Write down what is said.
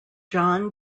john